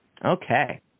Okay